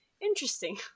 interesting